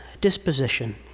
disposition